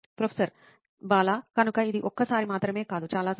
professor Bala కనుక ఇది ఒక్కసారి మాత్రమే కాదు చాలా సార్లు